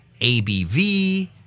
ABV